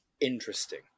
interesting